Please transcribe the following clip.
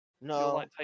no